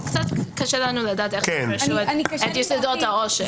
קצת קשה לנו לדעת איך יפרשו את יסודות העושק.